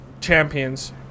champions